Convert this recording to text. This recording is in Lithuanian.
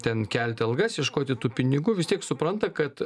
ten kelti algas ieškoti tų pinigų vis tiek supranta kad